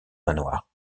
manoir